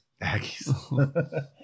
aggies